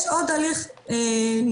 יש עוד הליך נוסף,